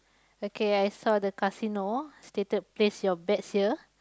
okay I saw the casino stated place your bets here